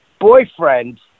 boyfriend